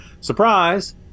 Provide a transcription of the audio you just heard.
Surprise